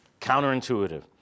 Counterintuitive